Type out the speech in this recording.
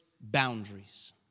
boundaries